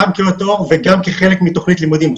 גם מבחינת העור וגם כחלק מתוכנית לימודים.